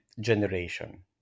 generation